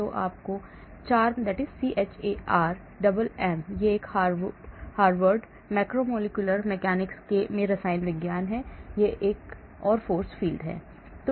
CHARMM यह Harvard macromolecular mechanics में रसायन विज्ञान है यह एक और force field है